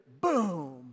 boom